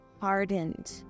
hardened